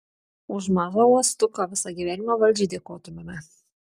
už mažą uostuką visą gyvenimą valdžiai dėkotumėme